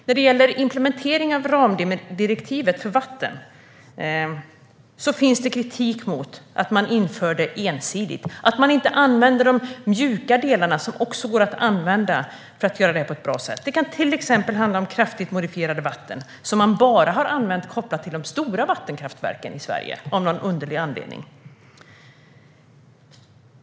När det gäller implementering av ramdirektivet för vatten finns det kritik mot att man inför det ensidigt och inte använder de mjuka delar som också går att använda för att göra det här på ett bra sätt. Det kan till exempel handla om kraftigt modifierade vatten, vilket man av någon underlig anledning bara har använt kopplat till de stora vattenkraftverken i Sverige.